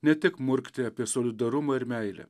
ne tik murkti apie solidarumą ir meilę